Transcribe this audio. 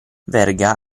verga